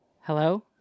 Hello